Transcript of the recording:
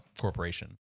corporation